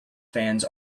fans